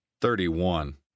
Thirty-one